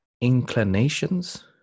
inclinations